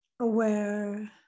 Aware